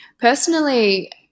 Personally